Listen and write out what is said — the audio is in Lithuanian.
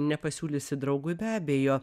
nepasiūlysi draugui be abejo